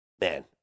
man